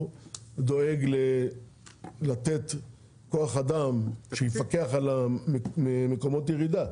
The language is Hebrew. דואג לתת כוח אדם שיפקח על מקומות הירידה.